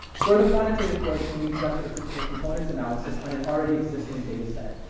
for the quantitative portion, we conducted a principle components analysis on an already existing data set.